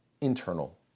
internal